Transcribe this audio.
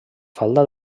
falda